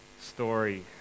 story